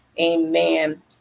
amen